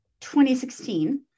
2016